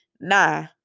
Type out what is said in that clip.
nah